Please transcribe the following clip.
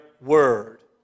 word